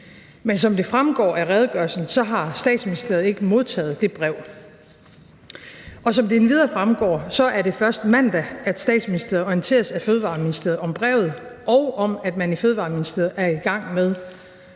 men som det fremgår af redegørelsen, har Statsministeriet ikke modtaget det brev. Og som det endvidere fremgår, er det først mandag, Statsministeriet orienteres af Fødevareministeriet om brevet og om, at man i Fødevareministeriet er i gang med